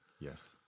Yes